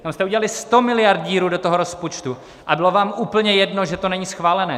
Tam jste udělali 100 miliard díru do toho rozpočtu a bylo vám úplně jedno, že to není schválené.